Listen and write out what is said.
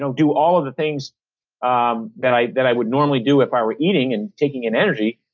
do all of the things um that i that i would normally do if i were eating and taking in energy,